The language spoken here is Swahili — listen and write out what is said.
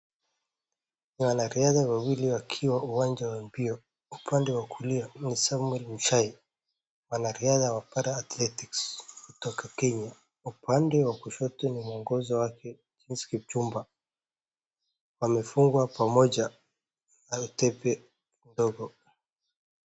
Wanariadha wawili wakiwa uwanja wa mbio. Upande wa kulia ni Samwel Mushai, mwanariadha wa Para-Athletics kutoka Kenya. Upande wa kushoto ni mwongozo wake Jean Kipchumba. Wamefungwa pamoja na tepe ndogo.